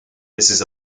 this